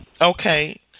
Okay